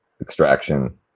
extraction